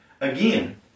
Again